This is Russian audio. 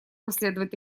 расследовать